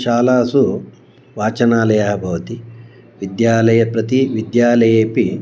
शालासु वचनालयः भवति विद्यालयं प्रति विद्यालयेऽपि